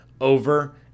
Over